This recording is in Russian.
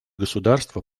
государства